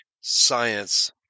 science